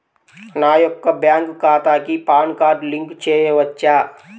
నా యొక్క బ్యాంక్ ఖాతాకి పాన్ కార్డ్ లింక్ చేయవచ్చా?